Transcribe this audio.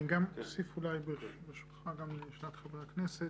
אני גם אוסיף אולי, ברשותך, גם לשאלת חבר הכנסת.